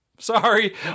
Sorry